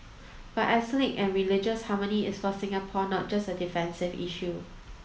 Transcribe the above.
but ethnic and religious harmony is for Singapore not just a defensive issue